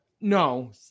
No